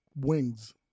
wings